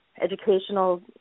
educational